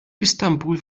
istanbul